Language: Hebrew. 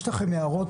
יש לכם הערות?